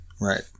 right